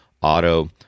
auto